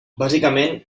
bàsicament